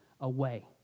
away